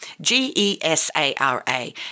G-E-S-A-R-A